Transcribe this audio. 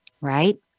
right